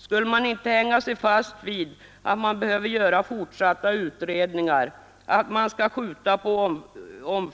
Skulle man inte hänga upp sig på att man behöver göra fortsatta utredningar, att man